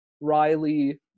riley